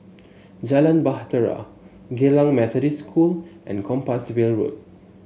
Jalan Bahtera Geylang Methodist School and Compassvale Road